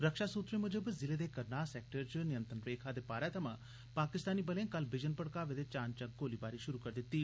रक्षा सूत्रें मुजब जिले दे करनाह सैक्टर च नियंत्रण रेखा दे पारै थमां पाकिस्तानी बलें कल विजन बड़कावे दे चानचक्क गोलीबारी शुरू करी दिती